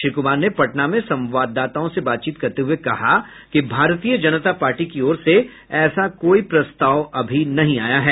श्री कुमार ने पटना में संवाददाताओं से बातचीत करते हुए कहा कि भारतीय जनता पार्टी की ओर से ऐसा कोई प्रस्ताव अभी नहीं आया है